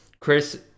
Chris